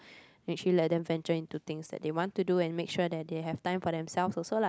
actually let them venture into things that they want to do and make sure that they have time for themselves also lah